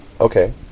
Okay